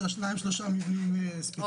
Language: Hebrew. יש גוף ממשלתי שאמון על הנושא של ---.